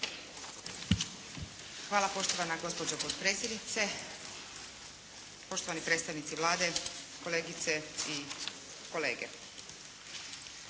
Hvala poštovana gospođo potpredsjednice, poštovani predstavnici Vlade, kolegice i kolege.